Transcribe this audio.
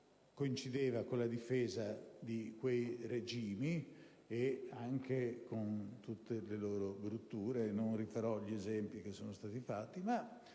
coincideva con la difesa di quei regimi, anche con tutte le loro brutture, e non rifarò gli esempi già fatti.